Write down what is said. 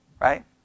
Right